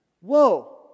Whoa